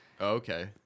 Okay